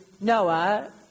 Noah